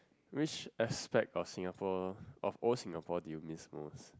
which aspect of Singapore of old Singapore do you miss most